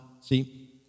see